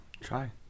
try